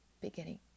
beginning